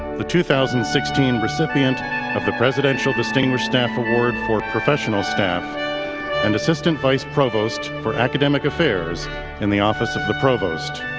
the two thousand and sixteen recipient of the presidential distinguished staff award for professional staff and assistant vice provost for academic affairs in the office of the provost,